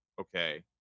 okay